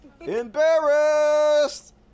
embarrassed